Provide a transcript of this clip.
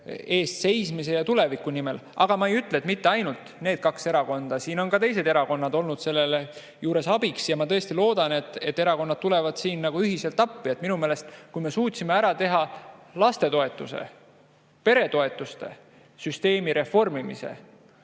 eest seismise ja tuleviku peale. Aga ma ei ütle, et ainult need kaks erakonda, siin on ka teised erakonnad olnud selle juures abiks. Ja ma tõesti loodan, et erakonnad tulevad siin ühiselt appi. Kui me suutsime ära teha lastetoetuse, peretoetuste süsteemi reformimise,